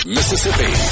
Mississippi